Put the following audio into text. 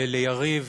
ליריב,